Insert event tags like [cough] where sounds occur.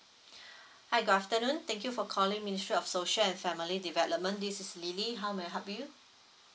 [breath] hi good afternoon thank you for calling ministry of social and family development this is lily how may I help you